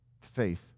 faith